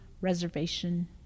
reservation